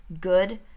good